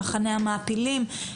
מחנה המעפילים,